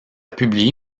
publié